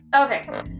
okay